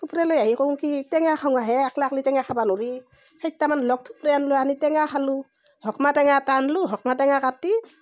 থুপৰাই লৈ আহি কওঁ কি টেঙা খাওঁহে একলা একলা টেঙা খাব নৰি চাৰিটামান লগ লৈ আনিলোঁ আনি টেঙা খালোঁ হকমা টেঙা এটা আনিলোঁ হকমা টেঙা কাটি